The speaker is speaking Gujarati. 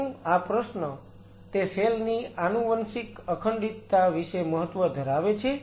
શું આ પ્રશ્ન તે સેલ ની આનુવંશિક અખંડિતતા વિશે મહત્વ ધરાવે છે